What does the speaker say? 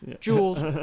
jewels